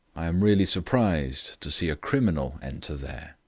i am really surprised to see a criminal enter there.